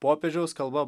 popiežiaus kalba